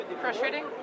Frustrating